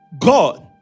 God